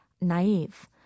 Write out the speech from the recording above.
naive